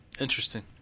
Interesting